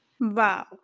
Wow